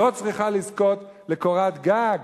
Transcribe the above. לא צריכה לזכות לקורת גג?